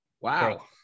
Wow